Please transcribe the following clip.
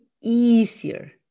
easier